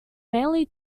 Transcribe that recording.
mainly